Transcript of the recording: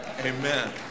Amen